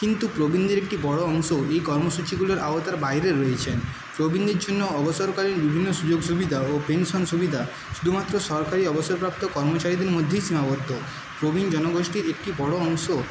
কিন্তু প্রবীণদের একটি বড় অংশ এই কর্মসূচিগুলোর আওতার বাইরে রয়েছেন প্রবীণদের জন্য অবসরকালীন বিভিন্ন সুযোগ সুবিধা ও পেনশন সুবিধা শুধুমাত্র সরকারি অবসরপ্রাপ্ত কর্মচারীদের মধ্যেই সীমাবদ্ধ প্রবীণ জনগোষ্ঠীর একটি বড় অংশ